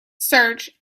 search